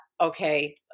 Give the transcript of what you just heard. okay